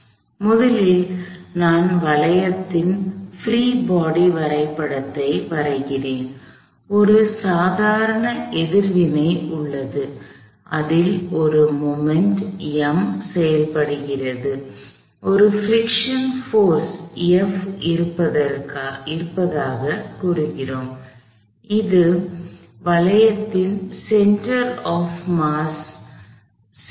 எனவே முதலில் நான் வளையத்தின் பிரீ பாடி வரைபடத்தை வரைகிறேன் ஒரு சாதாரண எதிர்வினை உள்ளது அதில் ஒரு மொமெண்ட்கணம் M செயல்படுகிறது ஒரு பிரிக்க்ஷன் போர்ஸ் F இருப்பதாகக் கூறுகிறோம் இது வளையத்தின் சென்டர் ஆப் மாஸ்center of mass நிறை மையம்